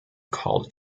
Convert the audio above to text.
called